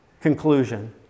conclusion